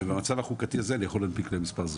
ובמצב חוקתי זה אני יכול להנפיק להם מספר זהות.